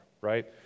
right